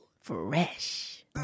Fresh